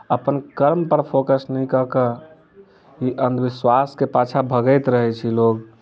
अपन कर्म पर फोकस नहि कए कऽ ई अन्धविश्वास के पाछा भगैत रहै छै लोग